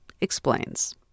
explains